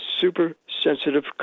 super-sensitive